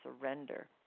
surrender